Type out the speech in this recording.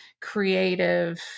creative